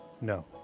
No